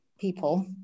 people